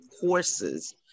courses